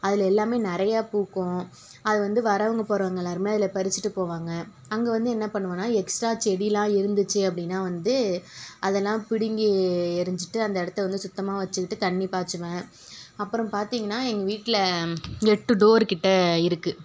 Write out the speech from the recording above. அதில் எல்லாமே நிறையா பூக்கும் அது வந்து வரவங்க போகிறவங்க எல்லாேருமே அதில் பறிச்சுட்டு போவாங்க அங்கே வந்து என்ன பண்ணுவோம்னால் எக்ஸ்ட்ரா செடியெலாம் இருந்துச்சு அப்படினா வந்து அதெல்லாம் பிடுங்கி எறிஞ்சுட்டு அந்த இடத்த வந்து சுத்தமாக வச்சுக்கிட்டு தண்ணி பாச்சுவேன் அப்புறம் பார்த்திங்ன்னா எங்கள் வீட்டில் எட்டு டோர்கிட்டே இருக்குது